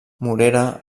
morera